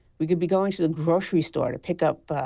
we could be going to the grocery store to pick up.